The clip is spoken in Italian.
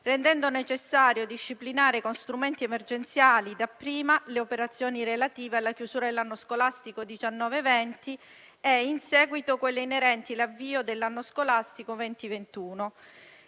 rendendo necessario disciplinare con strumenti emergenziali dapprima le operazioni relative alla chiusura dell'anno scolastico 2019-2020 e, in seguito, quelle inerenti all'avvio dell'anno scolastico 2020-2021.